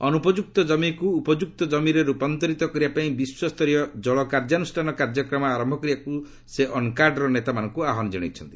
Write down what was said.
ଅନୁପଯୁକ୍ତ ଜମିକୁ ଉପଯୁକ୍ତ ଜମିରେ ରୂପାନ୍ତରିତ କରିବା ପାଇଁ ବିଶ୍ୱସ୍ତରୀୟ ଜଳକାର୍ଯ୍ୟାନୁଷ୍ଠାନ କାର୍ଯ୍ୟକ୍ରମ ଆରମ୍ଭ କରିବାକୁ ସେ ଅନ୍କାଡ୍ର ନେତାମାନଙ୍କୁ ଆହ୍ୱାନ ଜଣାଇଛନ୍ତି